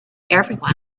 everyone